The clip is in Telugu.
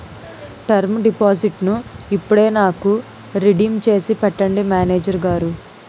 టెర్మ్ డిపాజిట్టును ఇప్పుడే నాకు రిడీమ్ చేసి పెట్టండి మేనేజరు గారు